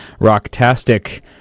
rocktastic